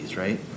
Right